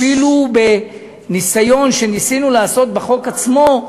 אפילו בניסיון שניסינו לעשות בחוק עצמו,